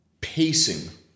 pacing